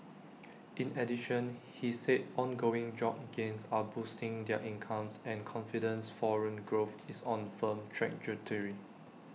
in addition he said ongoing job gains are boosting their incomes and confidence foreign growth is on A firm trajectory